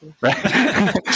right